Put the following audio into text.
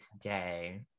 today